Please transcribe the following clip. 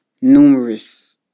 numerous